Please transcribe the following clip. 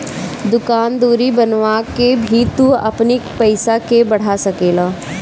दूकान दौरी बनवा के भी तू अपनी पईसा के बढ़ा सकेला